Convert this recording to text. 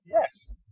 yes